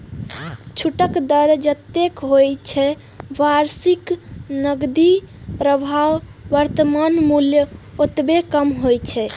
छूटक दर जतेक होइ छै, भविष्यक नकदी प्रवाहक वर्तमान मूल्य ओतबे कम होइ छै